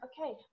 okay